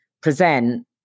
present